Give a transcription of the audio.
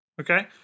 Okay